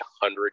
hundred